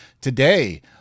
today